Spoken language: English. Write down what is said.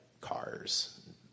cars